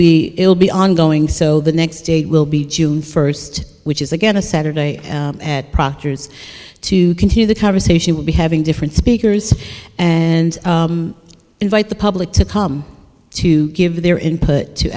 will be ongoing so the next date will be june first which is again a saturday at proctor's to continue the conversation we'll be having different speakers and invite the public to come to give their input to